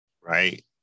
right